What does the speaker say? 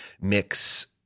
mix